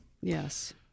Yes